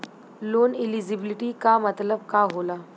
Loan eligibility का मतलब का होला?